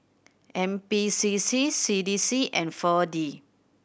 N P C C C D C and Four D